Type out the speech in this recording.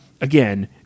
Again